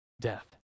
death